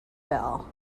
fell